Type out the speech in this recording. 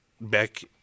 back